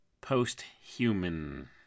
post-human